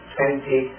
Twenty